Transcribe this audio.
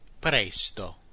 Presto